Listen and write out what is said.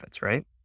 right